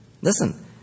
Listen